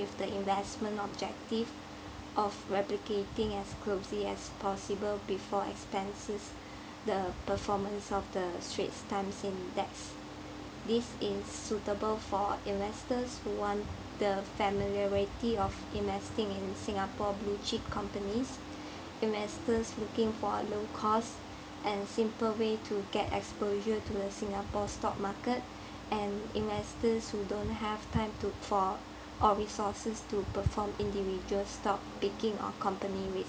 with the investment objective of replicating as closely as possible before expenses the performance of the straits times index this is suitable for investors who want the familiarity of investing in singapore blue chip companies investors looking for a low cost and simple way to get exposure to the singapore stock market and investors who don't have time to for or resources to perform individual stock picking a company with